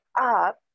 up